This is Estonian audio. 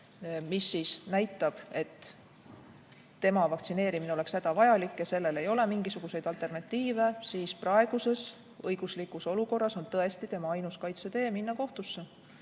mis näitab, et tema vaktsineerimine oleks hädavajalik ja sellel ei ole mingisuguseid alternatiive, siis praeguses õiguslikus olukorras on tõesti tema ainus kaitsetee minna kohtusse